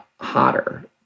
hotter